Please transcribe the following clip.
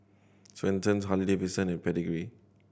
Swensens Harley Davidson and Pedigree